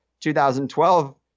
2012